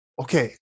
okay